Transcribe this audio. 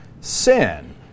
Sin